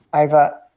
Iva